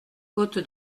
côte